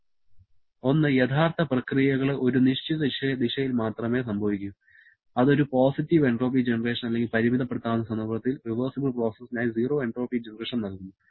• ആദ്യം യഥാർത്ഥ പ്രക്രിയകൾ ഒരു നിശ്ചിത ദിശയിൽ മാത്രമേ സംഭവിക്കൂ അത് ഒരു പോസിറ്റീവ് എൻട്രോപ്പി ജനറേഷന് അല്ലെങ്കിൽ പരിമിതപ്പെടുത്താവുന്ന സന്ദർഭത്തിൽ റിവേർസിബിൾ പ്രോസസ്സിനായി സീറോ എൻട്രോപ്പി ജനറേഷന് നൽകുന്നു